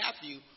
Matthew